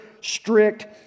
strict